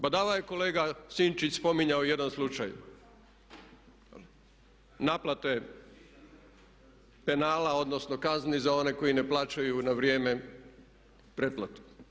Badava je kolega Sinčić spominjao jedan slučaj naplate penala, odnosno kazni za one koji ne plaćaju na vrijeme pretplatu.